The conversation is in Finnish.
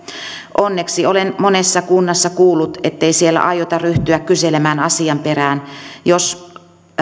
onneksi olen monessa kunnassa kuullut ettei siellä aiota ryhtyä kyselemään asian perään jos